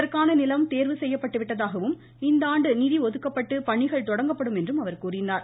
இதற்கான நிலம் தேர்வு செய்யப்பட்டுவிட்டதாகவும் இந்தஆண்டு நிதி ஒதுக்கப்பட்டு பணிகள் தொடங்கப்படும் என்றும் கூறினார்